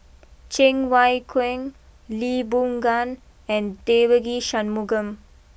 Cheng Wai Keung Lee Boon Ngan and Devagi Sanmugam